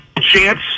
chance